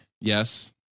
Yes